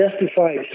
justified